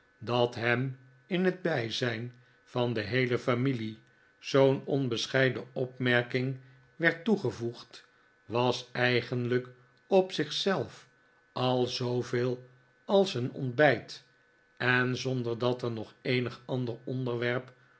dat hem in het bijzijn van de heele familie zoo'n onbescheiden opmerking werd toegevoegd was eigenlijk op zich zelf al zooveel als een ontbijt en f zonder dat er nog eenig ander onderwerp